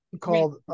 called